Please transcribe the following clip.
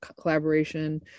Collaboration